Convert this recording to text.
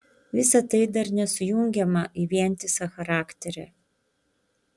visa tai dar nesujungiama į vientisą charakterį